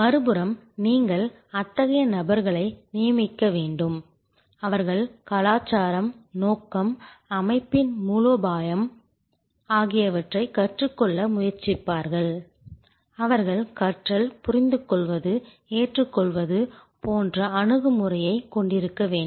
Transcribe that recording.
மறுபுறம் நீங்கள் அத்தகைய நபர்களை நியமிக்க வேண்டும் அவர்கள் கலாச்சாரம் நோக்கம் அமைப்பின் மூலோபாயம் ஆகியவற்றைக் கற்றுக்கொள்ள முயற்சிப்பார்கள் அவர்கள் கற்றல் புரிந்துகொள்வது ஏற்றுக்கொள்வது போன்ற அணுகுமுறையைக் கொண்டிருக்க வேண்டும்